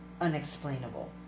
unexplainable